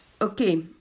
okay